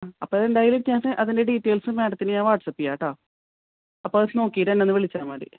അപ്പോൾ ഇത് എന്തായാലും അതിൻ്റെ ഡീറ്റെയിൽസ് മാഡത്തിന് ഞാൻ വാട്ട്സപ്പ് ചെയ്യാം കേട്ടോ അപ്പോൾ അത് നോക്കീട്ട് എന്നെ ഒന്ന് വിളിച്ചാൽ മതി